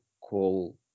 call